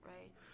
right